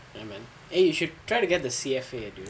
ya man eh you should try to get the C_F_A